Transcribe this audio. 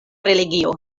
religio